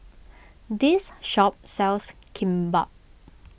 this shop sells Kimbap